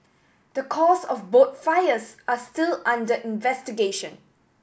the cause of both fires are still under investigation